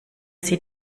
sie